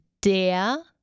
der